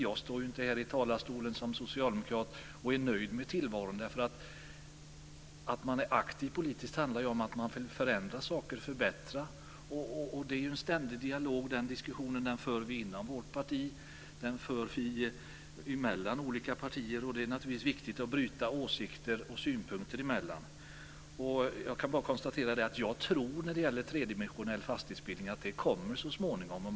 Jag står inte här i talarstolen som socialdemokrat och är nöjd med tillvaron. När man är aktiv politiskt handlar det ju om att man vill förändra och förbättra saker. Det är en ständig dialog. Den diskussionen för vi inom vårt parti och mellan olika partier. Det är naturligtvis viktigt att bryta åsikter och synpunkter mot varandra. När det gäller tredimensionell fastighetsbildning tror jag att det kommer så småningom.